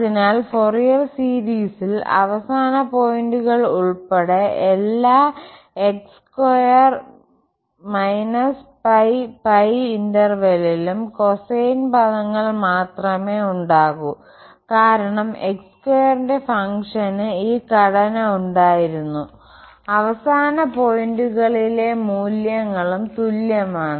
അതിനാൽ ഫൊറിയർ സീരീസിൽ അവസാന പോയിന്റുകൾ ഉൾപ്പെടെ എല്ലാ കോസൈൻ പദങ്ങൾ മാത്രമേ ഉണ്ടാകൂ കാരണം x2 ന്റെഫംഗ്ഷന് ഈ ഘടന ഉണ്ടായിരുന്നു അവസാന പോയിന്റുകളിലെ മൂല്യങ്ങളും തുല്യമാണ്